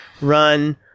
run